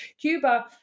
cuba